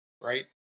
right